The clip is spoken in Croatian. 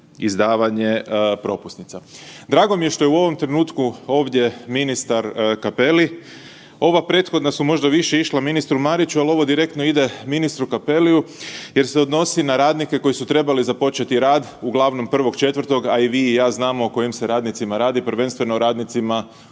izdavanje propusnica. Drago mi je što je u ovom trenutku ovdje ministar Cappelli, ova prethodna su možda više išla ministru Mariću, ali ovo direktno ide ministru Cappelliu jer se odnosi na radnike koji su trebali započeti rad uglavnom 1.4., a i vi i ja znamo o kojim se radnicima radi, prvenstveno radnicima